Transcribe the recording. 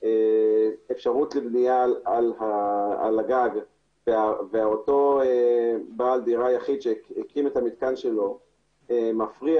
אפשרות לבנייה על הגג ואותו בעל דירה יחיד שהתקין את המתקן שלו מפריע